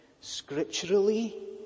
scripturally